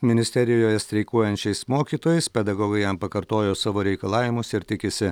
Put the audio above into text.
ministerijoje streikuojančiais mokytojais pedagogai jam pakartojo savo reikalavimus ir tikisi